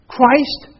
Christ